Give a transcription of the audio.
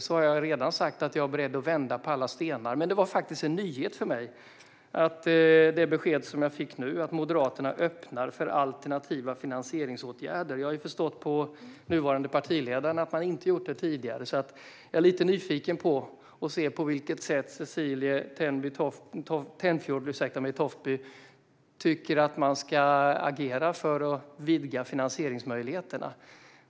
Jag har redan sagt att jag är beredd att vända på alla stenar. Men det besked som jag fick nu om att Moderaterna öppnar för alternativa finansieringsåtgärder var faktiskt en nyhet för mig. Jag har förstått på nuvarande partiledare att man inte har gjort det tidigare. Jag är lite nyfiken på att höra på vilket sätt Cecilie Tenfjord-Toftby tycker att man ska agera för att vidga finansieringsmöjligheterna.